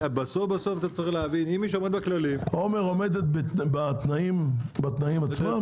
עומר עומדת בתנאים עצמם?